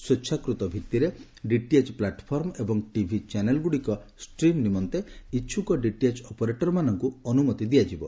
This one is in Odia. ସ୍ୱେଛାକୃତ ଭିଭିରେ ଡିଟିଏଚ ପ୍ଲାଟଫର୍ମ ଏବଂ ଟିଭି ଚ୍ୟାନେଲଗୁଡିକ ଷ୍ଟ୍ରିମ୍ ନିମନ୍ତେ ଇଛୁକ ଡିଟିଏଚ ଅପରେଟରମାନଙ୍କୁ ଅନୁମତି ଦିଆଯିବ